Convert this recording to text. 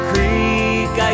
Creek